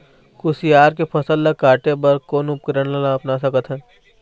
कुसियार के फसल ला काटे बर कोन उपकरण ला अपना सकथन?